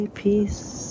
peace